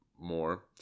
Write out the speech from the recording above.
more